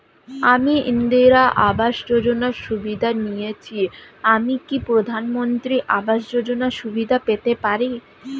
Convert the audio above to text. আমি ইন্দিরা আবাস যোজনার সুবিধা নেয়েছি আমি কি প্রধানমন্ত্রী আবাস যোজনা সুবিধা পেতে পারি?